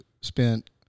spent